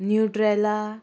nutella